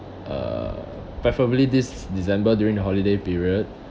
uh preferably this december during the holiday period